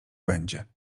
będzie